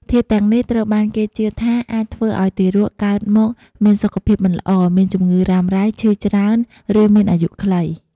ធាតុទាំងនេះត្រូវបានគេជឿថាអាចធ្វើឲ្យទារកកើតមកមានសុខភាពមិនល្អ មានជម្ងឺរ៉ាំរ៉ៃ ឈឺច្រើន ឬមានអាយុខ្លី។